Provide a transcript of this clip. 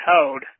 code